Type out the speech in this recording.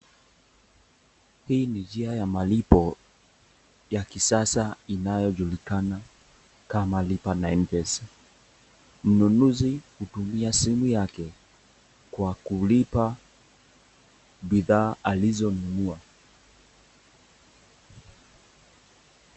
Hii ni njia ya malipo ya kisasa inayojulikana kama lipa na Mpesa mnunuzi hutumia simu yake kwa kutumia bidhaa alizonunua.